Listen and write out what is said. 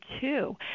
two